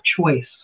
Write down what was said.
choice